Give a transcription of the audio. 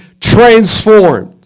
transformed